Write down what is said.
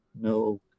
No